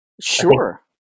Sure